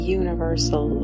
universal